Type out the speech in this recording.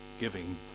Giving